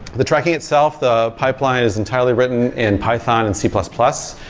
the tracking itself, the pipeline is entirely written in python and c plus plus.